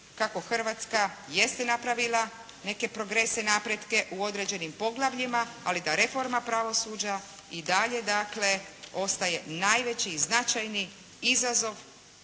kako Hrvatska jeste napravila neke progrese, napretke u određenim poglavljima, ali da reforma pravosuđe i dalje, dakle ostaje najveći i značajni izazov,